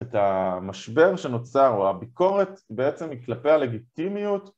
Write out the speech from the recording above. את המשבר שנוצר או הביקורת בעצם היא כלפי הלגיטימיות